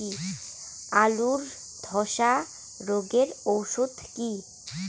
আলুর ধসা রোগের ওষুধ কি?